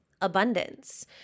abundance